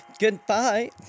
Goodbye